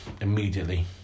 immediately